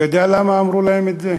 אתה יודע למה אמרו להם את זה?